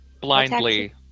blindly